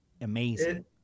amazing